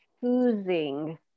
choosing